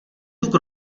tuk